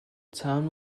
town